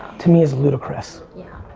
to me, is ludicrous. yeah.